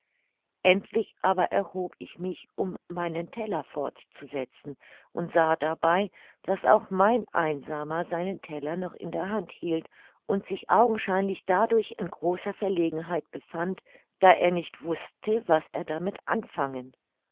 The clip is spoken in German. endlich aber erhob ich mich um meinen teller fortzusetzen und sah dabei das auch mein einsamer seinen teller noch in der hand hielt und sich augenscheinlich dadurch in großer verlegenheit befand da er nicht wußte was damit anfangen